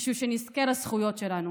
בשביל שנזכה לזכויות שלנו.